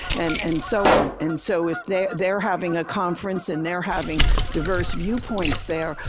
and and so on. and so if they're they're having a conference and they're having diverse viewpoints there,